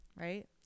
right